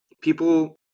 people